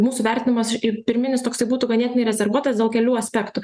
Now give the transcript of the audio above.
mūsų vertinimas ir pirminis toksai būtų ganėtinai rezervuotas dėl kelių aspektų